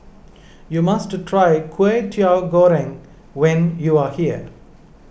you must try Kway Teow Goreng when you are here